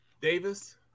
Davis